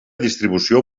distribució